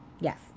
Yes